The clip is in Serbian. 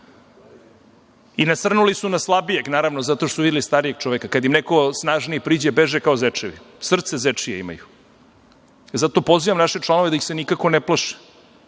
I nasrnuli su na slabijeg, naravno, zato što su videli starijeg čoveka. Kad im neko snažniji priđe, beže kao zečevi. Srce zečije imaju. Zato pozivam naše članove da ih se nikako ne plaše.